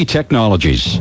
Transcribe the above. Technologies